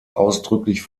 ausdrücklich